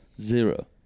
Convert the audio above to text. zero